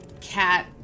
cat